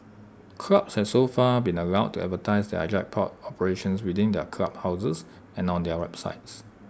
clubs have so far been allowed to advertise their jackpot operations within their clubhouses and on their websites